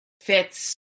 fits